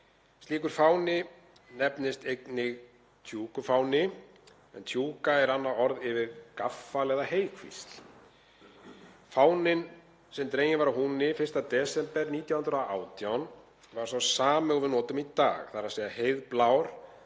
Slíkur fáni nefnist einnig tjúgufáni en tjúga er annað orð yfir gaffal eða heykvísl. Fáninn sem dreginn var að húni 1. desember 1918 var sá sami og við notum í dag, heiðblár